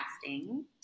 casting